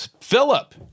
Philip